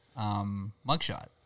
mugshot